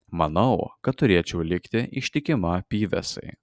manau kad turėčiau likti ištikima pyvesai